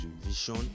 vision